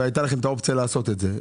והייתה לכם את האופציה לעשות את זה.